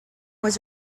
was